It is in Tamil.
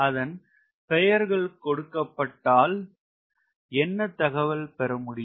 அதன் பெயர்கள் கொடுக்கப்பட்டால் என்ன தகவல் பெற முடியும்